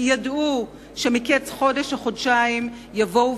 כי ידעו שמקץ חודש או חודשיים יבואו